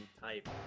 type